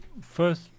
first